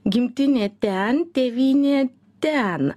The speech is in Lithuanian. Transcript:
gimtinė ten tėvynė ten